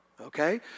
okay